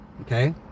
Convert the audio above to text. okay